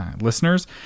listeners